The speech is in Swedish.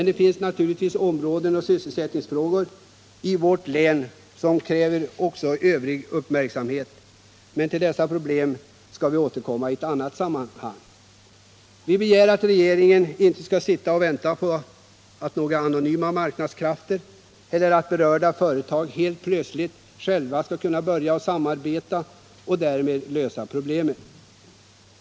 Det finns ytterligare områden och sysselsättningsfrågor i vårt län som kräver uppmärksamhet, men till dessa problem skall vi återkomma i annat sammanhang. Vi begär att regeringen inte skall sitta och vänta på några anonyma marknadskrafter eller på att berörda företag helt plötsligt själva skall kunna samarbeta och därmed lösa problemen.